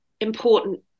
important